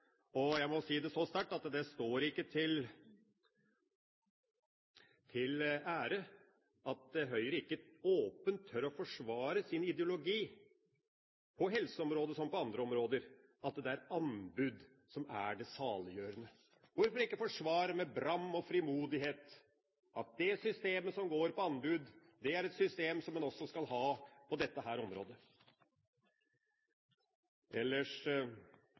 rørende. Jeg må si det så sterkt at det står ikke til ære at Høyre ikke åpent tør å forsvare sin ideologi på helseområdet, som på andre områder, om at det er anbud som er det saliggjørende. Hvorfor ikke forsvare med bram og frimodighet at det systemet som går på anbud, er et system som man også skal ha på dette